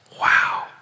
Wow